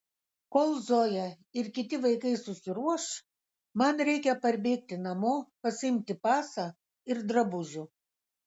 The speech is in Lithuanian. kol zoja ir kiti vaikai susiruoš man reikia parbėgti namo pasiimti pasą ir drabužių